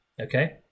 okay